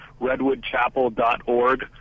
redwoodchapel.org